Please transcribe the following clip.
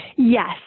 Yes